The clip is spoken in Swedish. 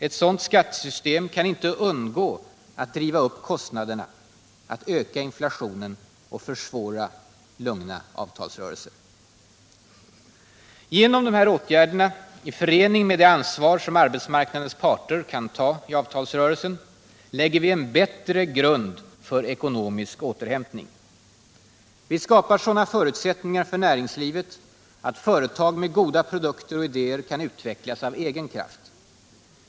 Ett sådant skattesystem kan inte undgå att driva upp kostnaderna, öka inflationen och försvåra lugna avtalsrörelser. Genom de här åtgärderna — i förening med det ansvar som arbetsmarknadens parter kan ta i avtalsrörelsen — lägger vi en bättre grund för ekonomisk återhämtning. Vi skapar sådana förutsättningar för näringslivet att företag med goda produkter och idéer kan utvecklas av egen kraft.